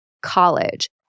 college